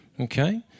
Okay